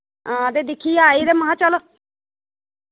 हां ते दिक्खियै आई ते महा चलो